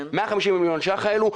150 מיליון ש"ח האלו,